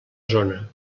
zona